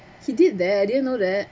he did that I didn't know that